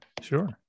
Sure